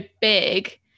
big